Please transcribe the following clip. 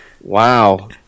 Wow